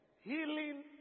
Healing